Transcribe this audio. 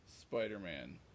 Spider-Man